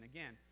Again